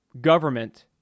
government